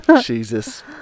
Jesus